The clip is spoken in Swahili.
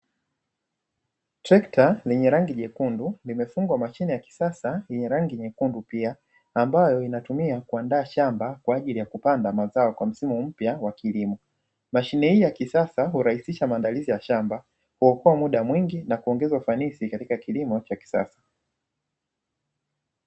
Trekta lenye rangi nyekundu limefungwa mashine ya kisasa yenye rangi nyekundu pia, ambayo inatumia kuandaa shamba kwa ajili ya kupanda mazao kwa msimu mpya wa kilimo. Mashine hii ya kisasa hurahisisha maandalizi ya shamba, kuokoa muda mwingi na kuongeza ufanisi katika kilimo cha kisasa.